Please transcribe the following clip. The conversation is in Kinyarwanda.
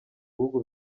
bihugu